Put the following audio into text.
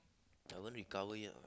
I haven't recover yet what